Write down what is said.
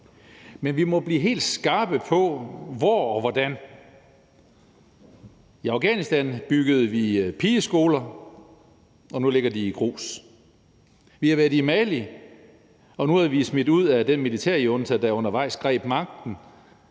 Men vi må blive helt skarpe på hvor og hvordan. I Afghanistan byggede vi pigeskoler, og nu ligger de i grus. Vi har været i Mali, og nu er vi smidt ud af den militærjunta, der undervejs greb magten.